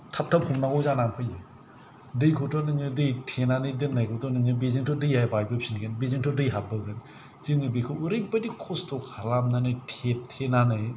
थाब थाब हमनांगौ जानानै फैयो दैखौथ' नोङो दै थेनानै दोननायखौथ' नोङो बेजोंथ' दैया बायबोफिनगोन बेजोंथ' दै हाबबोगोन जोङो बेखौ ओरैबादि खस्त' खालामनानै थेथेनानै